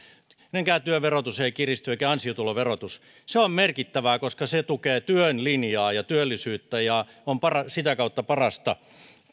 kenenkään työn verotus ei kiristy eikä ansiotuloverotus se on merkittävää koska se tukee työn linjaa ja työllisyyttä ja on sitä kautta parasta